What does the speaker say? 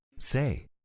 Say